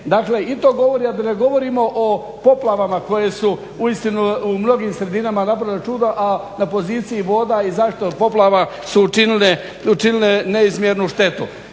Dakle i to govori, a da ne govorimo o poplavama koje su uistinu u mnogim sredinama napravili čuda a na poziciji voda i zaštite od poplava su učinile neizmjernu štetu.